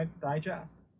digest